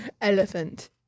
elephant